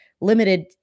limited